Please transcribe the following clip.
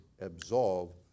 absolve